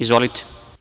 Izvolite.